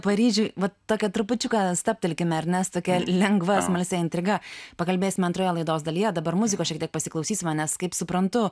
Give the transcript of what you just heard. paryžiuj va tokia trupučiuką stabtelkime ar ne su tokia lengva smalsia intriga pakalbėsime antroje laidos dalyje dabar muzikos šiek tiek pasiklausysime nes kaip suprantu